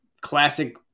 classic